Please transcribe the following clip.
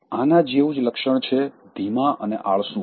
આના જેવું જ લક્ષણ છે ધીમાં અને આળસુ હોવું